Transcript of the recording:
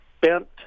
bent